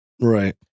Right